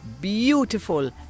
beautiful